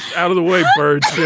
out of the way birds.